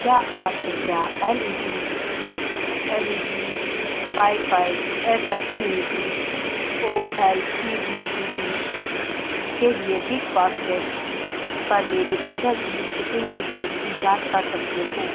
क्या आप कृपया L E G L E G five five पचपन इंची O L E D T V के लिए बिग बास्केट पर मेरे आर्डर की शिपिंग स्थिति की जाँच कर सकते हैं